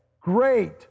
great